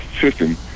system